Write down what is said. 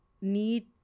need